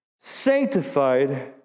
sanctified